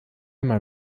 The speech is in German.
mal